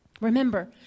Remember